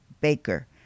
Baker